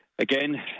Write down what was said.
Again